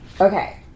Okay